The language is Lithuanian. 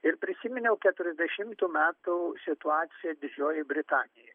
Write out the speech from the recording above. ir prisiminiau keturiasdešimtų metų situaciją didžiojoj britanijoj